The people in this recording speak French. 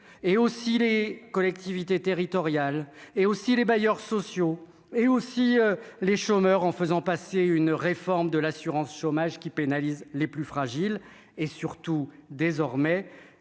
et aussi les collectivités territoriales et aussi les bailleurs sociaux et aussi les chômeurs en faisant passer une réforme de l'assurance-chômage qui pénalise les plus fragiles et surtout désormais